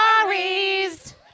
stories